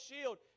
shield